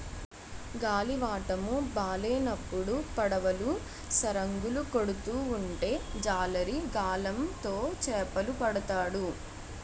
గాలివాటము బాలేనప్పుడు పడవలు సరంగులు కొడుతూ ఉంటే జాలరి గాలం తో చేపలు పడతాడు